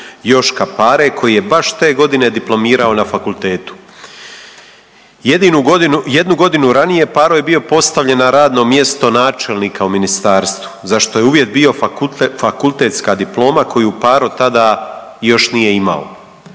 Joška Pare koji je baš te godine diplomirao na fakultetu. Jedinu godinu, jednu godinu ranije Paro je bio postavljen na radno mjesto načelnika u ministarstvu za što je uvjet bio fakultetska diploma koju Paro tada još nije imao.